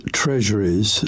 treasuries